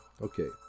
okay